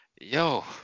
yo